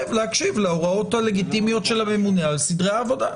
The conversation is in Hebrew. להקשיב להוראות הלגיטימיות של הממונה על סדרי העבודה.